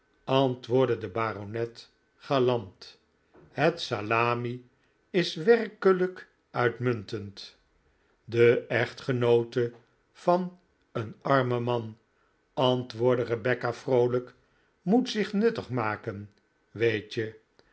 antwoordde de baronet galant het salmi is werkelijk uitmuntend de echtgenoote van een armen man antwoordde rebecca vroolijk moet zich nuttig maken weet je